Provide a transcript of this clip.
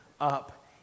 up